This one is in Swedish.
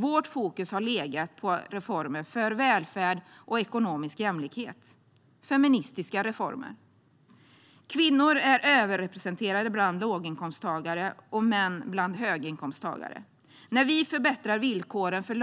Vårt fokus har legat på reformer för välfärd och ekonomisk jämlikhet - feministiska reformer. Kvinnor är överrepresenterade bland låginkomsttagare och män bland höginkomsttagare. När vi förbättrar villkoren för